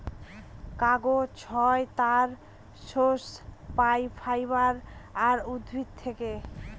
কাগজ হয় তার সোর্স পাই ফাইবার আর উদ্ভিদ থেকে